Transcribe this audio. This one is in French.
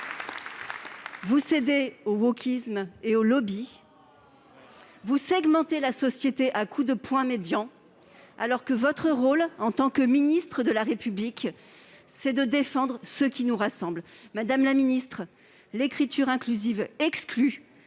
vous cédez au wokisme et aux lobbies. Vous segmentez la société à coups de points médians alors que votre rôle, en tant que ministre de la République, est de défendre ce qui nous rassemble. Madame la ministre, l'écriture inclusive exclut,